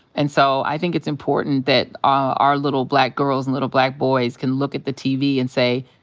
and so i think it's important that our little black girls and little black boys can look at the tv and say,